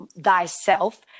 thyself